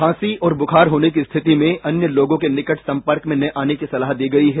खांसी और बुखार होने की स्थिति में अन्य लोगों के निकट संपर्क में न आने की सलाह दी गई है